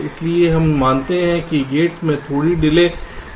इसलिए हम मानते हैं कि गेट्स में थोड़ी डिले है